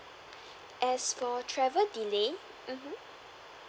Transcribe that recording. as for travel delay mmhmm